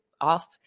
off